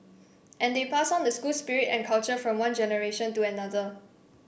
and they pass on the school spirit and culture from one generation to another